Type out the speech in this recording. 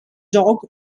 dog